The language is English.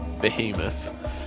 behemoth